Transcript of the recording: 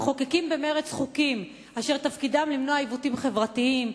מחוקקים במרץ חוקים אשר תפקידם למנוע עיוותים חברתיים,